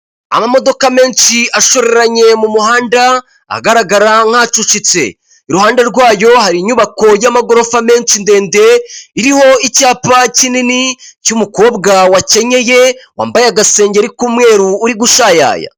Amamodoka menshi ashoreranye mu muhanda, agaragara nk'acucitse. Iruhande rwayo hari inyubako ry'amagorofa menshi ndende, iriho icyapa kinini cy'umukobwa wakenyeye, wambaye agasengeri k'umweru, uri gushayaya.